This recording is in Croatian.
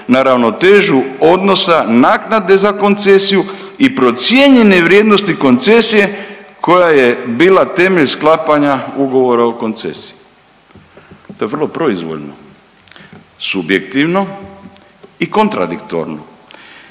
na ravnotežu odnosa naknade za koncesiju i procijenjene vrijednosti koncesije koja je bila temelj sklapanja ugovora o koncesiji.“ To je vrlo proizvoljno, subjektivno i kontradiktorno,